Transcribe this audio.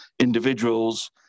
individuals